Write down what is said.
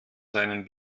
seinen